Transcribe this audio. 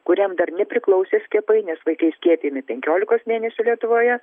kuriam dar nepriklausė skiepai nes vaikai skiepijmami penkiolikos mėnesių lietuvoje